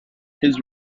his